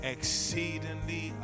Exceedingly